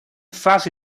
fase